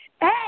Hey